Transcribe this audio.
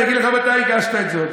אני אגיד לך מתי הגשת את זה.